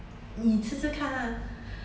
你吃吃看 lah